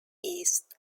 east